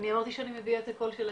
אני אמרתי שאני מביאה את הקול של השטח.